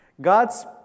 God's